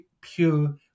pure